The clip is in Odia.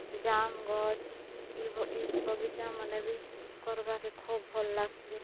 ଜାମ୍ ଗଛ୍ ଇ ବଗିଚାମାନେ ବି କର୍ବାର୍କେ ଖୋବ୍ ଭଲ୍ ଲାଗ୍ସି